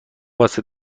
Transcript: واسه